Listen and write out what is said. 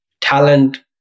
talent